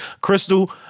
Crystal